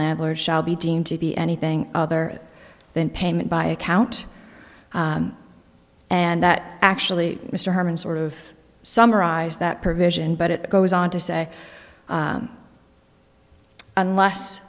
landlord shall be deemed to be anything other than payment by account and that actually mr herman sort of summarized that provision but it goes on to say unless